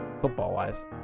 football-wise